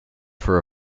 for